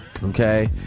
Okay